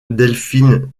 delphine